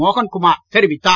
மோகன்குமார் தெரிவித்தார்